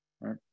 right